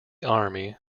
army